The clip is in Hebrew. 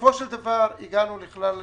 בסופו של דבר הגענו לכלל מסקנה,